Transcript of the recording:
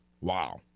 Wow